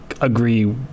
agree